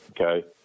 okay